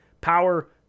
power